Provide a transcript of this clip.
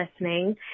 listening